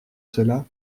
cela